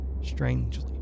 strangely